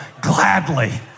gladly